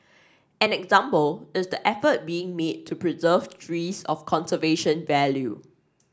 an example is the effort being made to preserve trees of conservation value